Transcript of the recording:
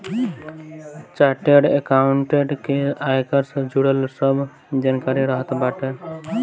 chartered accountant के आयकर से जुड़ल सब जानकारी रहत बाटे